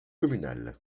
communal